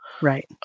Right